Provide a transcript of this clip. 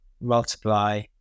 multiply